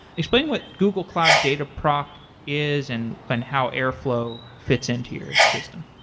explain what google cloud dataproc is and and how airflow fits into your system.